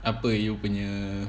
apa you punya